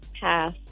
Pass